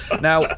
Now